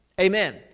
Amen